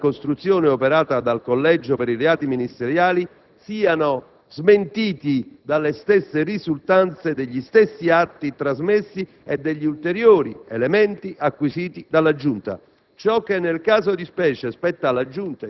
di non trascurabile rilievo - della ricostruzione operata dal Collegio per i reati ministeriali siano smentiti dalle risultanze degli stessi atti trasmessi e degli ulteriori elementi acquisiti dalla Giunta.